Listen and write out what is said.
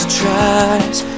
tries